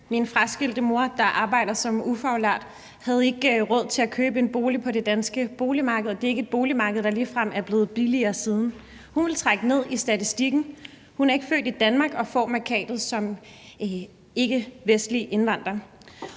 Min fraskilte mor, der arbejder som ufaglært, havde ikke råd til at købe en bolig på det danske boligmarked, og det er ikke et boligmarked, der ligefrem er blevet billigere siden. Hun ville trække ned i statistikken. Hun er ikke født i Danmark og får mærkatet ikkevestlig indvandrer.